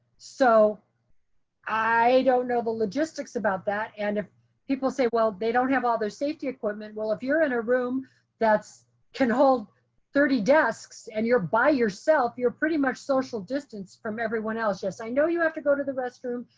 so i don't know the logistics about that. and if people say, well, they don't have all their safety equipment. well, if you're in a room that can hold thirty desks and you're by yourself, you're pretty much social distanced from everyone else. yes, i know you have to go to the restroom.